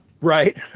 Right